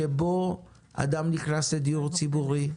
לפיו אדם נכנס לדיור ציבורי,